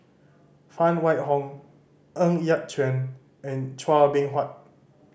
Phan Wait Hong Ng Yat Chuan and Chua Beng Huat